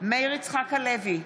מאיר יצחק הלוי,